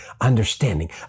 understanding